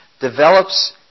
develops